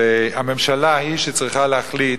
והממשלה היא שצריכה להחליט